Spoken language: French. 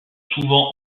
souvent